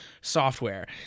software